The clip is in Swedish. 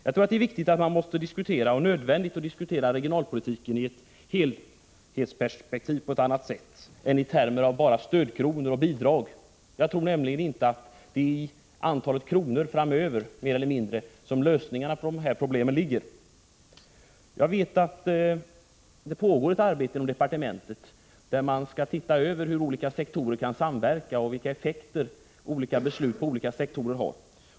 Det är viktigt och nödvändigt att diskutera regionalpolitiken i ett helhetsperspektiv på ett annat sätt än i termer av stödkronor och bidrag. Jag tror nämligen inte att det är i antalet kronor framöver som lösningarna mer eller mindre på problemen ligger. Jag vet att det pågår ett arbete inom departementet, där man ser över hur olika sektorer kan samverka och vilka effekter olika beslut på olika sektorer har.